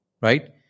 right